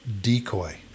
decoy